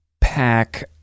pack